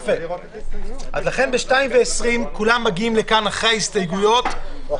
כי בחוק הגנת השכר ההגדרה של היום הקובע לעניין פיצויי הלנה